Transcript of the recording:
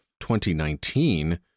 2019